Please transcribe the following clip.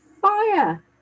fire